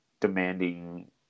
demanding